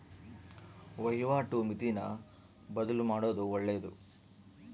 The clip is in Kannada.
ವಹಿವಾಟು ಮಿತಿನ ಬದ್ಲುಮಾಡೊದು ಒಳ್ಳೆದು